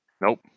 Nope